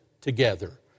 together